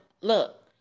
look